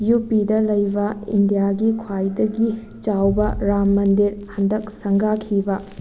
U ꯄꯤꯗ ꯂꯩꯕ ꯏꯟꯗꯤꯌꯥꯒꯤ ꯈ꯭ꯋꯥꯏꯗꯒꯤ ꯆꯥꯎꯕ ꯔꯥꯝ ꯃꯟꯗꯤꯔ ꯍꯟꯗꯛ ꯁꯪꯒꯥꯈꯤꯕ